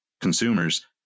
consumers